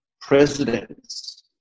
presidents